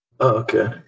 okay